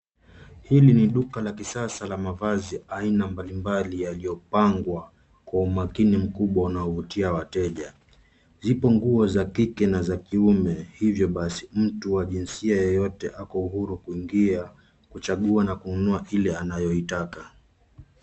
Hili ni duka la kisasa la mavazi aina mbali mbali yaliyopangwa kwa umakini mkubwa unaovutia wateja. Zipo nguo za kike na za kiume. Hivyo basi, mtu wa jinsia yeyote ako huru kuingia kuchagua na kununua ile anayoitaka.